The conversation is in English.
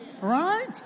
Right